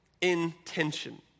intention